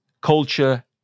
culture